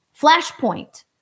Flashpoint